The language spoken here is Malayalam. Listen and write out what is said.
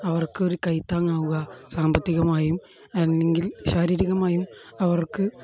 അവർക്ക് ഒരു കൈത്താങ്ങാവുക സാമ്പത്തികമായും അല്ലെങ്കിൽ ശാരീരികമായും അവർക്ക്